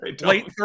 late